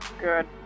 Good